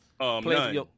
None